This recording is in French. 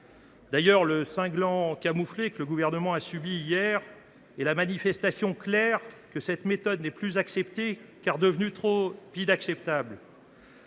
D’ailleurs, le cinglant camouflet que le Gouvernement a subi hier est la manifestation claire que cette méthode n’est plus acceptée, car elle est devenue trop inacceptable.